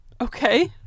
Okay